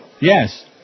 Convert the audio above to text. Yes